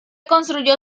construyó